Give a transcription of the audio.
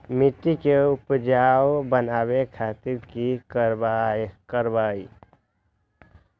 मिट्टी के उपजाऊ बनावे खातिर की करवाई?